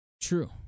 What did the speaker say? True